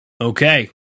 Okay